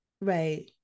right